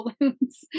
balloons